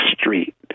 street